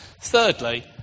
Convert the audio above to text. Thirdly